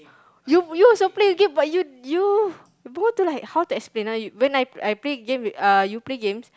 you you also play games but you you go to like how to explain ah you when I when I play games uh when you play games